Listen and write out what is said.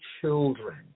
children